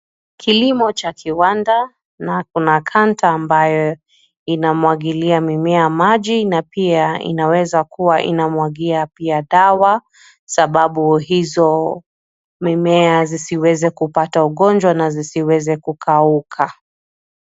Kilimo cha kiwanda, na kuna kanta ambayo inamwagilia mimea maji na pia inaweza kuwa inamwagia pia dawa, sababu hizo mimea zisiweze kupata ugonjwa na zisiweze kukauka.